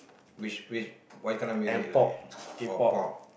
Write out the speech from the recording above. which which what kind of music you like oh pop